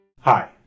Hi